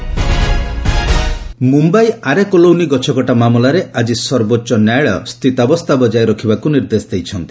SC ଆରେ Mumbai Aarey colony ଗଛକଟା ମାମଲାରେ ଆଜି ସର୍ବୋଚ୍ଚ ନ୍ୟାୟାଳୟ ସ୍ଥିତାବସ୍ଥା ବଜାୟ ରଖିବାକୁ ନିର୍ଦ୍ଦେଶ ଦେଇଛନ୍ତି